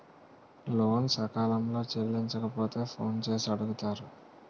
లోను సకాలంలో చెల్లించకపోతే ఫోన్ చేసి అడుగుతారు